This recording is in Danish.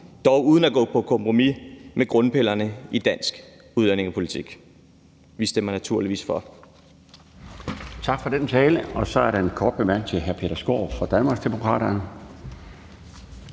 dog uden at gå på kompromis med grundpillerne i dansk udlændingepolitik. Vi stemmer naturligvis for.